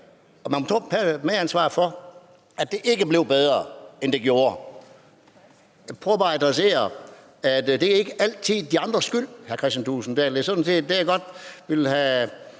og man må tage et medansvar for, at det ikke blev bedre, end det gjorde. Jeg prøver bare at adressere, at det ikke altid er de andres skyld. Det er sådan set det, jeg godt vil have